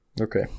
Okay